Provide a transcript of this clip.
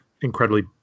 incredibly